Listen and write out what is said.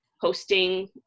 hosting